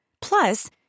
Plus